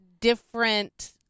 different